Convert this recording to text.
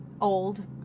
old